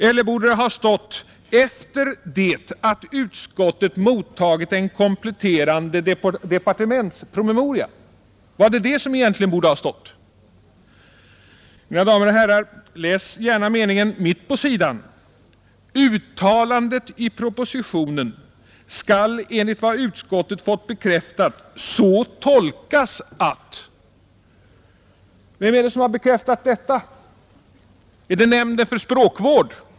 Eller borde det ha stått: Efter det att utskottet mottagit en kompletterande departementspromemoria ———? Var det detta som egentligen borde ha stått där? Mina damer och herrar! Läs gärna den mening som står mitt på s. 5 i utskottets betänkande: ”Uttalandet i propositionen, att det första stadiet av utbildningen inte för alla studerande skall utgöras av en teoretisk utbildning, skall enligt vad utskottet fått bekräftat så tolkas att ———.” Vem har bekräftat detta? Har Nämnden för svensk språkvård gjort det?